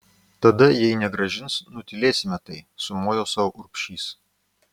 tada jei negrąžins nutylėsime tai sumojo sau urbšys